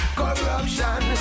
corruption